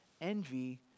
Envy